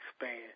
expand